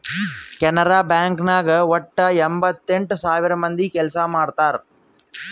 Canara Bank ನಾಗ್ ವಟ್ಟ ಎಂಭತ್ತೆಂಟ್ ಸಾವಿರ ಮಂದಿ ಕೆಲ್ಸಾ ಮಾಡ್ತಾರ್